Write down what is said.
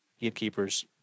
gatekeepers